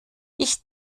ich